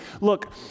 Look